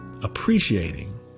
appreciating